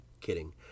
kidding